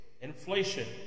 Inflation